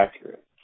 accurate